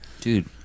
Dude